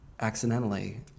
accidentally